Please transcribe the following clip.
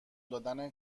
دادن